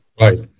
Right